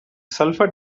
sulphur